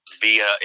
via